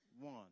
One